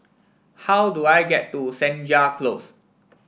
how do I get to Senja Close